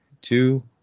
two